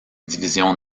divisions